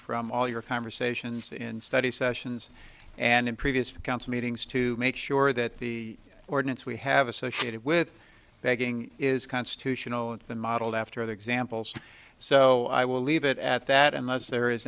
from all your conversations in study sessions and in previous council meetings to make sure that the ordinance we have associated with begging is constitutional and then modeled after other examples so i will leave it at that unless there is